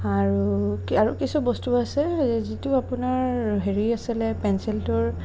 আৰু আৰু কিছু বস্তু আছে যিটো আপোনাৰ হেৰি আছিলে পেঞ্চিলটোৰ